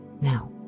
now